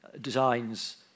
designs